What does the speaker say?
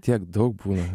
tiek daug būna